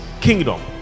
kingdom